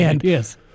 yes